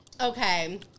okay